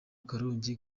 karongi